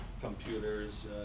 computers